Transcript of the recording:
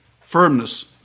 Firmness